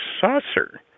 saucer